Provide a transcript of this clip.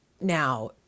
Now